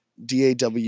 DAW